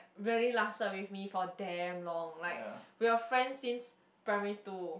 really lasted with me for damn long like we were friends since primary two